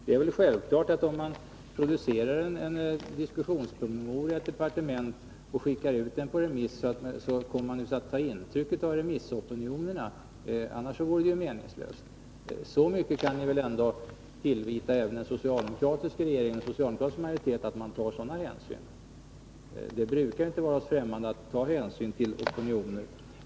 Det är väl självklart, att om man iordningställer en diskussionspromemoria i departementet och sänder den på remiss, får man ta intryck av remissopinionen. Annars vore det ju meningslöst. Ni kan väl ändå hysa så stor tilltro till oss socialdemokrater att ni räknar med att vi tar sådana hänsyn. Vi brukar ju ta hänsyn till opinioner.